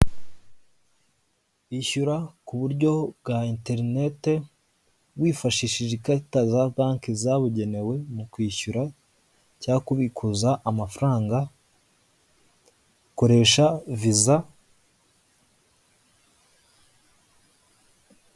Wishyura ku buryo bwa interineti wifashishije ikarita za banki zabugenewe mu kwishyura cyangwa kubikuza amafaranga koresha viza.